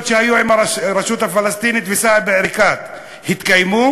שהיו עם הרשות הפלסטינית וסאיב עריקאת התקיימו?